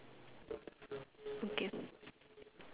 okay